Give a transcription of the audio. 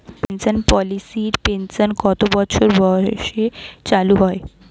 Pension পলিসির pension কত বছর বয়সে চালু হয়?